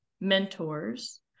mentors